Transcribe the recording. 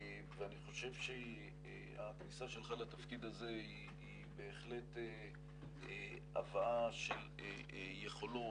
אני חושב שהכניסה שלך לתפקיד הזה היא הבאה של יכולות,